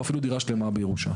או אפילו דירה שלמה בירושה.